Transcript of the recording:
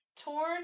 torn